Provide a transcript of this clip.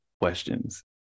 questions